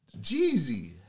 Jeezy